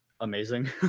amazing